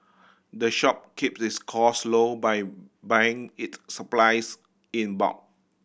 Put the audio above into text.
the shop keep this cost low by buying it supplies in bulk